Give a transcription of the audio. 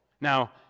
Now